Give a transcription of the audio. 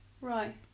right